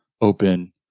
open